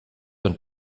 und